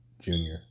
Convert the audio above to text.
junior